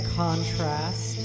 contrast